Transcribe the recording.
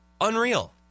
Unreal